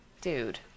dude